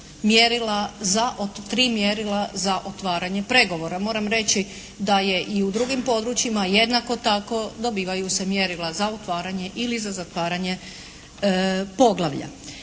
mjerila za otvaranje pregovora. Moram reći da je i u drugim područjima jednako tako dobijaju se mjerila za otvaranje ili za zatvaranje poglavlja.